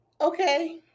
Okay